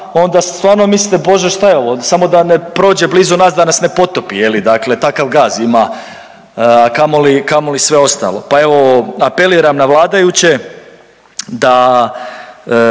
onda stvarno mislite Bože šta je ovo, samo da ne prođe blizu nas da nas ne potopi takav gaz ima, a kamoli sve ostalo. Pa evo apeliram na vladajuće da